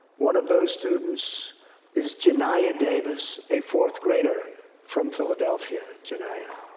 one of those students is janiyah davis, a fourth grader from philadelphia. janiyah.